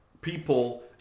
people